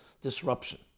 disruption